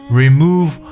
remove